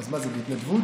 אז מה זה, בהתנדבות?